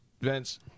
Vince